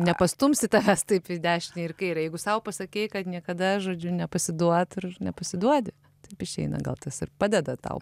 nepastumsi tavęs taip į dešinę ir į kairę jeigu sau pasakei kad niekada žodžiu nepasiduot ir nepasiduodi taip išeina gal tas ir padeda tau